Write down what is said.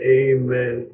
amen